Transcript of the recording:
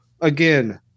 again